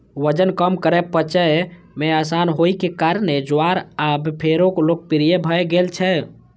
वजन कम करै, पचय मे आसान होइ के कारणें ज्वार आब फेरो लोकप्रिय भए गेल छै